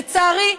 לצערי.